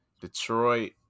Detroit